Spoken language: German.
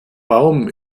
baum